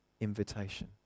invitation